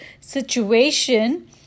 situation